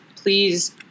please